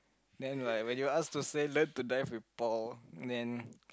then like when you asked to say left to die with Paul and then